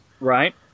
Right